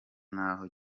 n’aho